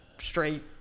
straight